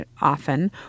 often